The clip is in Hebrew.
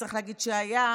צריך להגיד "שהיה"